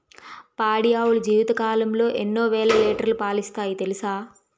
పాడి ఆవులు జీవితకాలంలో ఎన్నో వేల లీటర్లు పాలిస్తాయి తెలుసా